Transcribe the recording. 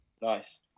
Nice